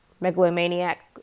megalomaniac